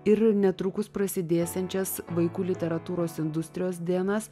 ir netrukus prasidėsiančias vaikų literatūros industrijos dienas